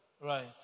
Right